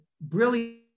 brilliant